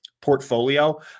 portfolio